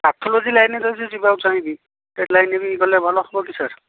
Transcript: pathology ଲାଇନ୍ରେ ଯଦି ଯିବାକୁ ଚାହିଁବି ସେ ଲାଇନ୍ରେ ଗଲେ ଭଲ ସ୍କୋପ୍ କି ସାର୍